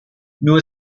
nur